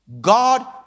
God